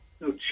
no